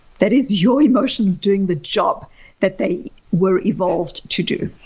that is your emotions doing the job that they were evolved to do.